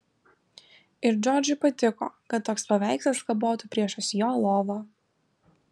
ir džordžui patiko kad toks paveikslas kabotų priešais jo lovą